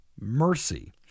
mercy